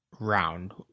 round